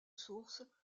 sources